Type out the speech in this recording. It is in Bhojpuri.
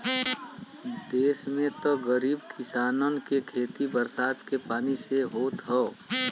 देस में त गरीब किसानन के खेती बरसात के पानी से ही होत हौ